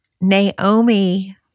Naomi